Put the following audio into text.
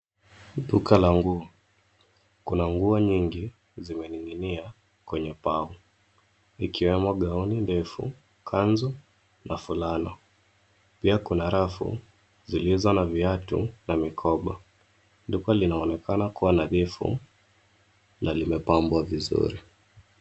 Duka la nguo; kuna nguo nyingi zimening'inia kwenye paa zikiwemo gauni ndefu, kanzu na fulana. Pia kuna rafu zilizo na viatu na mikoba. Duka linaonekana kuwa nadhifu na limepambwa vizuri.